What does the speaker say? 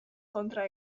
kontra